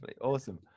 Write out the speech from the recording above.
Awesome